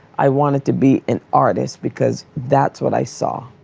i wanted to be an artist because that's what i saw.